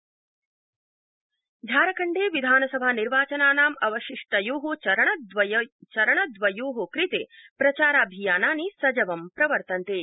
झारखण्डविधानसभा झारखण्डे विधानसभा निर्वाचनानाम् अवशिष्टस्य चरणद्रयस्य कृते प्रचाराभियानानि सजवं प्रवर्तन्ते